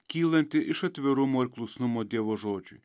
kylanti iš atvirumo ir klusnumo dievo žodžiui